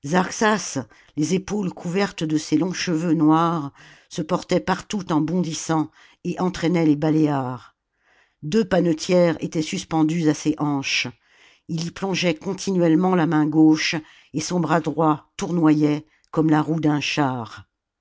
les épaules couvertes de ses longs cheveux noirs se portait partout en bondissant et entraînait les baléares deux panetières étaient suspendues à ses hanches il y plongeait continuellement la main gauche et son bras droit tournoyait comme la roue d'un char